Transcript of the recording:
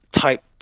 type